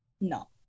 No